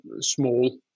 small